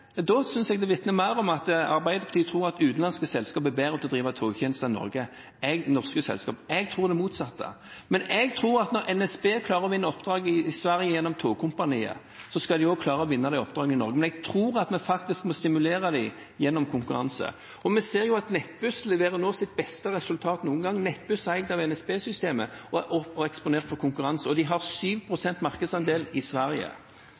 jeg vitner mer om at Arbeiderpartiet tror at utenlandske selskaper er bedre til å drive togtjenester i Norge enn norske selskaper. Jeg tror det motsatte. Jeg tror at når NSB klarer å vinne oppdrag i Sverige gjennom Tågkompaniet, skal de også klare å vinne oppdrag i Norge. Men jeg tror faktisk vi stimulerer dem gjennom konkurranse. Vi ser at Nettbuss nå leverer sitt beste resultat noen gang. Nettbuss er eid av NSB-systemet og er eksponert for konkurranse. Og de har 7 pst. markedsandel i Sverige.